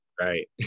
Right